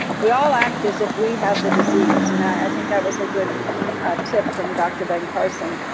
we all act as if we have the disease and i think that was a good tip from dr. ben carson.